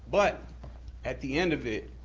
but at the end of it,